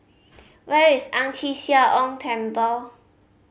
where is Ang Chee Sia Ong Temple